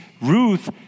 Ruth